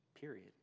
period